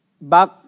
back